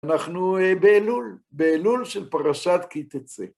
אנחנו באלול, באלול של פרשת "כי תצא".